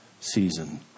season